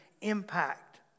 impact